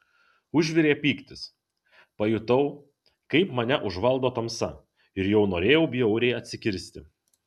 užvirė pyktis pajutau kaip mane užvaldo tamsa ir jau norėjau bjauriai atsikirsti